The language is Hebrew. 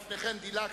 אדוני היושב-ראש,